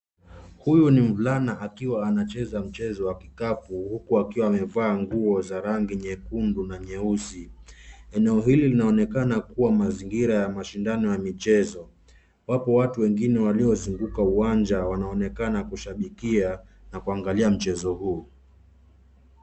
Huyu ni mvulana akiwa anacheza mchezo wa kikapu huku akiwa amevaa nguo za rangi nyekundu na nyeusi. Eneo hili linaonekana kuwa mazingira ya mashindano ya michezo. Wapi watu wengine waliozunguka uwanja wanaonekana kushabikia na kuangalia mchezo huu.